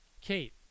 Kate